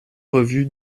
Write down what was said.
revue